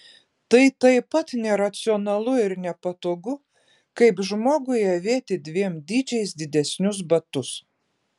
tai taip pat neracionalu ir nepatogu kaip žmogui avėti dviem dydžiais didesnius batus